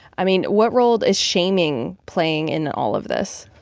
i mean, what role is shaming playing in all of this?